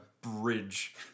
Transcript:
bridge